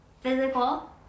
physical